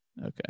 Okay